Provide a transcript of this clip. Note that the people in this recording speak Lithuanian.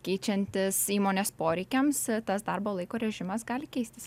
keičiantis įmonės poreikiams tas darbo laiko režimas gali keistis